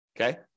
okay